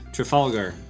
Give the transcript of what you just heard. Trafalgar